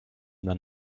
dann